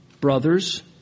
Brothers